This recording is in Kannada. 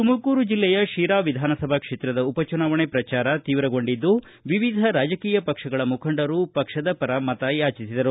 ತುಮಕೂರು ಜಿಲ್ಲೆಯ ಶಿರಾ ವಿಧಾನಸಭಾ ಕ್ಷೇತ್ರದ ಉಪಚುನಾವಣೆ ಪ್ರಚಾರ ತೀವ್ರಗೊಂಡಿದ್ದು ವಿವಿಧ ರಾಜಕೀಯ ಪಕ್ಷಗಳ ಮುಖಂಡರು ಪಕ್ಷದ ಪರ ಮತ ಯಾಚಿಸಿದರು